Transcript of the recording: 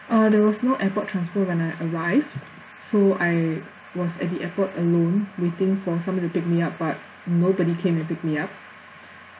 uh there was no airport transfer when I arrived so I was at the airport alone waiting for somebody to pick me up but nobody came to pick me up